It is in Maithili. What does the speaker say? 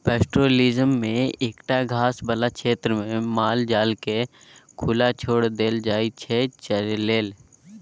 पैस्टोरलिज्म मे एकटा घास बला क्षेत्रमे माल जालकेँ खुला छोरि देल जाइ छै चरय लेल